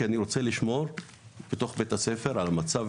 כי אני רוצה לשמור בתוך בית הספר על המצב.